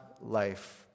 life